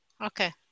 okay